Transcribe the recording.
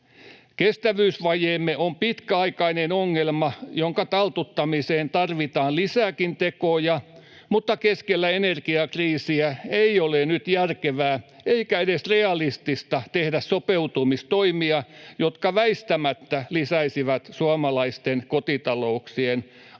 Kestävyysvajeemme on pitkäaikainen ongelma, jonka taltuttamiseen tarvitaan lisääkin tekoja, mutta keskellä energiakriisiä ei ole nyt järkevää eikä edes realistista tehdä sopeutumistoimia, jotka väistämättä lisäisivät suomalaisten kotitalouksien ahdinkoa.